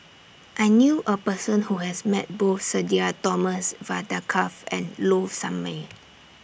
I knew A Person Who has Met Both Sudhir Thomas Vadaketh and Low Sanmay